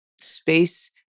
space